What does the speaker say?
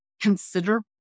consider